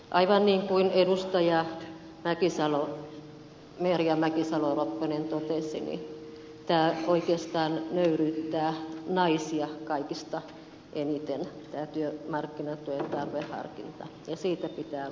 aivan niin kuin edustaja merja mäkisalo ropponen totesi tämä työmarkkinatuen tarveharkinta oikeastaan nöyryyttää naisia kaikista eniten ja siitä pitää luopua